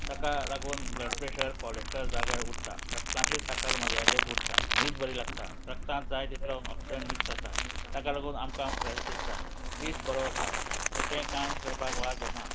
ताका लागून blood pressure cholesterol जाग्यार उरता रगतांतली साखर मर्यादेत उरता न्हीद बरी लागता रगतांत जाय तितलो ऑक्सिजन मिक्स जाता ताका लागून आमकां फ्रेश दिसता दीस बरो वता खंयचेंय काम करपाक वाज येना